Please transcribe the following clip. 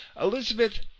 Elizabeth